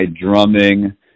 drumming